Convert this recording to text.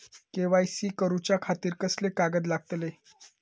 KYC करूच्या खातिर कसले कागद लागतले?